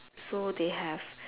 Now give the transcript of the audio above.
so they have